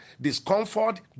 discomfort